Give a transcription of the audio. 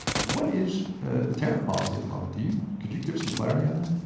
what is the tariff policy at the moment to you. could you give some clarity on that?